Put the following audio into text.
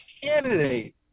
candidate